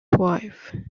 wife